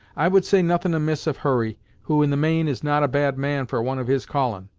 i would say nothin' amiss of hurry, who, in the main, is not a bad man for one of his callin',